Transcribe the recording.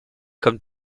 comme